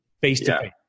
face-to-face